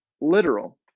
literal